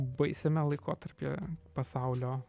baisiame laikotarpyje pasaulio